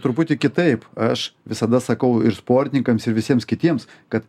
truputį kitaip aš visada sakau ir sportininkams ir visiems kitiems kad